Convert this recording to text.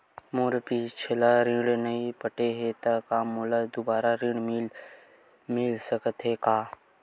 मोर पिछला ऋण नइ पटे हे त का मोला दुबारा ऋण मिल सकथे का?